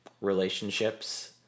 relationships